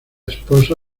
esposa